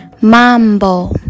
mambo